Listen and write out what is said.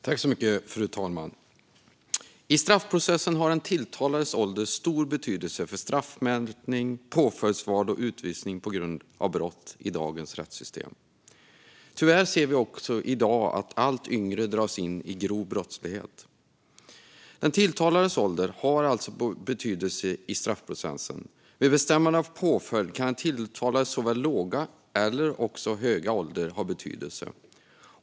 Fru talman! I straffprocessen har den tilltalades ålder i dagens rättssystem stor betydelse för straffmätning, påföljdsval och utvisning på grund av brott. Tyvärr ser vi att allt yngre personer dras in i grov brottslighet. Den tilltalades ålder har alltså betydelse i straffprocessen. Vid bestämmande av påföljd kan den tilltalades såväl låga som höga ålder ha betydelse.